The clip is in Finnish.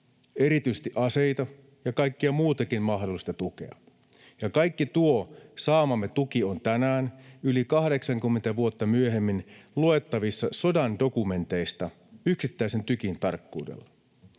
erityisesti aseita ja kaikkea muutakin mahdollista tukea, ja kaikki tuo saamamme tuki on tänään, yli 80 vuotta myöhemmin, luettavissa sodan dokumenteista yksittäisen tykin tarkkuudella.